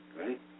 Right